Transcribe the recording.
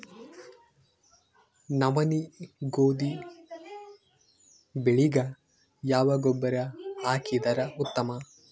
ನವನಿ, ಗೋಧಿ ಬೆಳಿಗ ಯಾವ ಗೊಬ್ಬರ ಹಾಕಿದರ ಉತ್ತಮ?